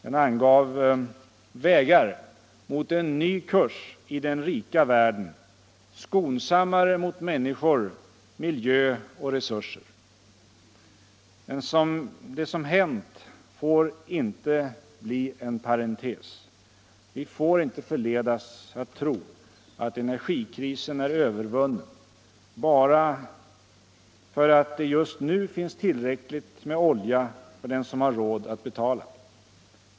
Den angav vägar mot en ny kurs i den rika världen, skonsammare mot människor, miljö och resurser. Det som hänt får inte bli en parentes. Vi får inte förledas att tro att energikrisen är övervunnen bara för att det just nu finns tillräckligt med olja för den som har råd att betala.